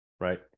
Right